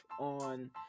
on